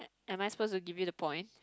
am am I supposed to give you the point